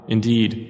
Indeed